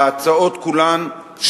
וההצעות כולן,